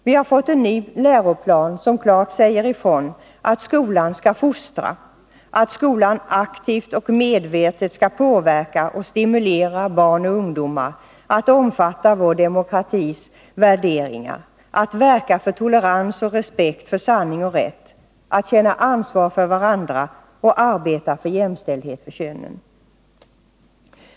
Vi har fått en ny läroplan, som klart säger ifrån att skolan skall fostra, att skolan aktivt och medvetet skall påverka och stimulera barn och ungdomar att omfatta vår demokratis värderingar, att verka för tolerans och för respekt för sanning och rätt, att känna ansvar för varandra och arbeta för jämställdhet mellan könen.